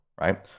right